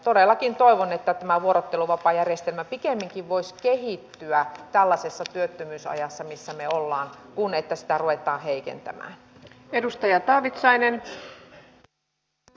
todellakin toivon että tämä vuorotteluvapaajärjestelmä pikemminkin voisi kehittyä tällaisessa työttömyysajassa missä me olemme kuin että sitä ruvetaan heikentämään